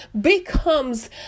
becomes